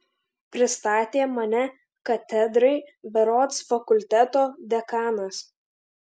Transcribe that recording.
pristatė mane katedrai berods fakulteto dekanas